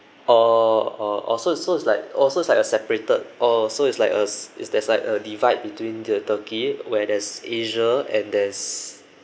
oh oh so so it's like oh so it's like a separated oh so it's like a it's there's like a divide between the turkey where there's asia and there's